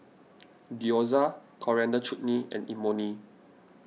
Gyoza Coriander Chutney and Imoni